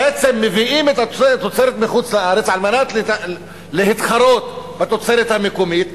בעצם מביאים את התוצרת מחוץ-לארץ על מנת להתחרות בתוצרת המקומית,